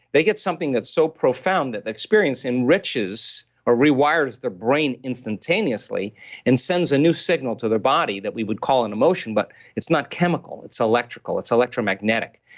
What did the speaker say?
they get something that's so profound that the experience enriches or rewires the brain instantaneously and sends a new signal to their body that we would call an emotion. but it's not chemical. it's electrical. it's electromagnetic.